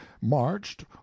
marched